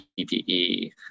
PPE